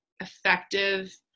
effective